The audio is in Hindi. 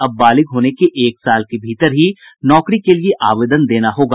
अब बालिग होने के एक साल के भीतर ही नौकरी के लिये आवेदन देना होगा